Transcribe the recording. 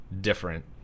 different